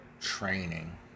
training